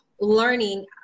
learning